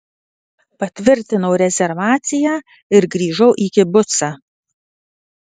patvirtinau rezervaciją ir grįžau į kibucą